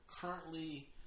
currently